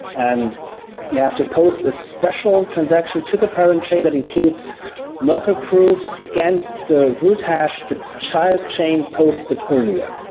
and you have to post a special transaction to the parent chain that includes multi-proofs against the root hash the child chain posted earlier.